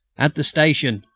at the station,